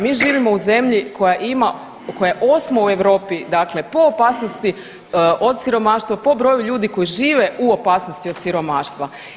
Mi živimo u zemlji koja je osma u Europi, dakle po opasnosti od siromaštva, po broju ljudi koji žive u opasnosti od siromaštva.